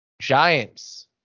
Giants